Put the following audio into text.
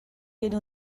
tiene